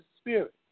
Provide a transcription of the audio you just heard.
spirit